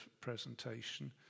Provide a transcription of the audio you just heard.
presentation